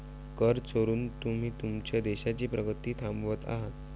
कर चोरून तुम्ही तुमच्या देशाची प्रगती थांबवत आहात